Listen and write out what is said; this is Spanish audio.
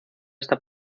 esta